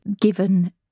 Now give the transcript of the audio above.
given